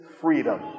freedom